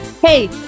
Hey